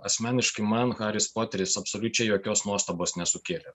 asmeniškai man haris poteris absoliučiai jokios nuostabos nesukėlė